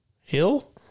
Hill